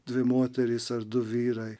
dvi moterys ar du vyrai